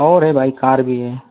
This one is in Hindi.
और है भाई कार भी है